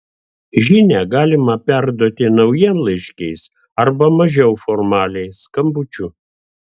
žinią galimą perduoti naujienlaiškiais arba mažiau formaliai skambučiu